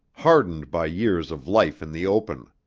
hardened by years of life in the open.